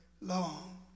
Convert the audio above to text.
long